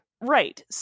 Right